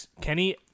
Kenny